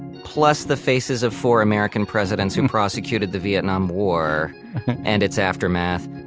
plus the faces of four american presidents who prosecuted the vietnam war and its aftermath,